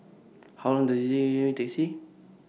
How Long Does IT Taxi